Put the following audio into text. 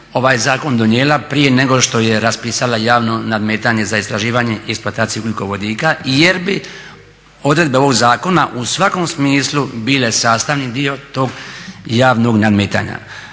ovaj zakon donijela prije nego što je raspisala javno nadmetanje za istraživanje i eksploataciju ugljikovodika jer bi odredbe ovog zakona u svakom smislu bile sastavni dio tog javnog nadmetanja.